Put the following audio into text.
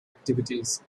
activities